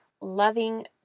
loving